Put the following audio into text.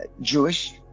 Jewish